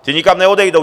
Ti nikam neodejdou.